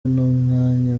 n’umwanya